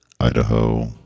idaho